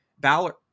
Ballard